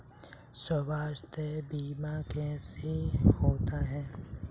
स्वास्थ्य बीमा कैसे होता है?